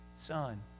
Son